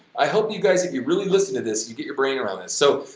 i hope you guys, if you really listened to this, you get your brain around it. so,